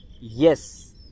yes